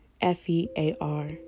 F-E-A-R